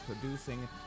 producing